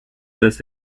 this